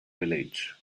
village